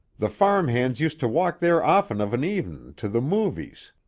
the farm-hands used to walk there often of an evenin' to the movies.